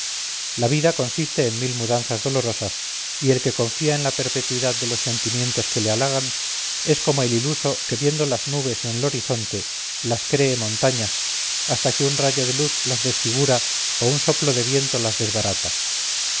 la vida consiste en mil mudanzas dolorosas y el que confía en la perpetuidad de los sentimientos que le halagan es como el iluso que viendo las nubes en el horizonte las cree montañas hasta que un rayo de luz las desfigura o un soplo de viento las desbarata